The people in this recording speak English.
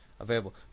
available